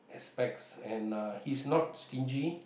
aspects and uh he's not stingy